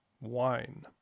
wine